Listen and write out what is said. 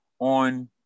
on